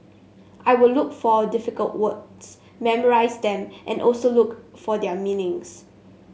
I will look for difficult words memorise them and also look for their meanings